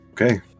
Okay